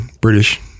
British